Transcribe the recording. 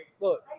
Look